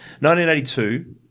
1982